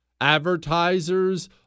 Advertisers